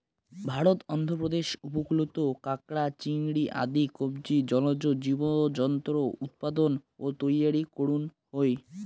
ভারতর অন্ধ্রপ্রদেশ উপকূলত কাকড়া, চিংড়ি আদি কবচী জলজ জীবজন্তুর উৎপাদন ও তৈয়ারী করন হই